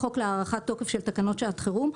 החוק להארכת תוקף של תקנות שעת חירום,